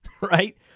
Right